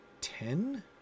ten